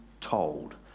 told